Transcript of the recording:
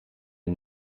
het